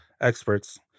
experts